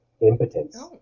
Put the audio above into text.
impotence